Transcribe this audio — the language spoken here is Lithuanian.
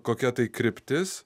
kokia tai kryptis